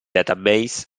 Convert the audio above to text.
database